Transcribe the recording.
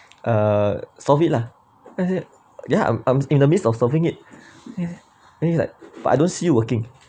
uh solve it lah as it ya I'm I'm in the midst of solving it then you like but I don't see you working